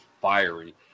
fiery